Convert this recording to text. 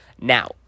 Now